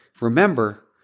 remember